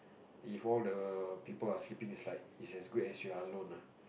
if all the people are sleeping inside it's as good as you're alone ah